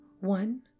One